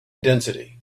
intensity